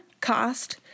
cost